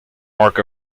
mark